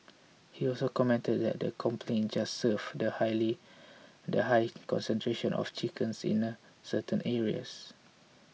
he also commented that the complaints just served to highly the high concentration of chickens in a certain areas